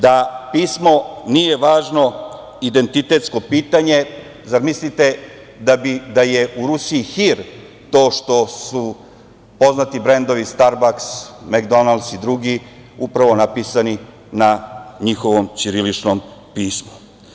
Da pismo nije važno identitetsko pitanje, zamislite da je u Rusiji hir to što su poznati brendovi „Starbaks“, „Mekdonalds“ i drugi upravo napisani na njihovom ćiriličnom pismu.